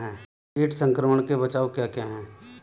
कीट संक्रमण के बचाव क्या क्या हैं?